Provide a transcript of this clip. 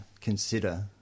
consider